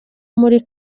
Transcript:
muri